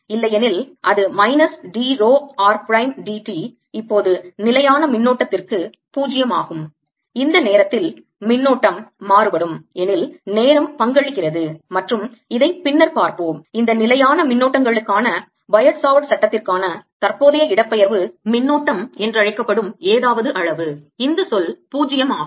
இல்லையெனில் அது minus d rho r prime d t இப்போது நிலையான மின்னோட்டத்திற்கு 0 ஆகும் இந்த நேரத்தில் மின்னோட்டம் மாறுபடும் எனில் நேரம் பங்களிக்கிறது மற்றும் இதை பின்னர் பார்ப்போம் இந்த நேரம் பார்க்கவும் 1936 நிலையான மின்னோட்டங்களுக்கான பயோட் சாவர்ட் சட்டத்திற்கான தற்போதைய இடப்பெயர்வு மின்னோட்டம் என்று அழைக்கப்படும் ஏதாவது அளவு இந்த சொல் 0 ஆகும்